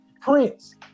prince